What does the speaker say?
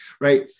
right